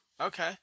Okay